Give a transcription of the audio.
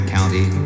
County